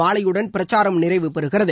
மாலையுடன்பிரச்சாரம் நிறைவு பெறுகிறது